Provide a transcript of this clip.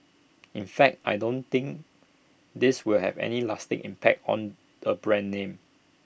in fact I don't think this will have any lasting impact on the brand name